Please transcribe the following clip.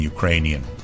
Ukrainian